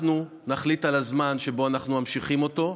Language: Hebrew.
אנחנו נחליט על הזמן שבו אנחנו ממשיכם אותו,